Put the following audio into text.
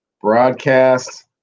broadcast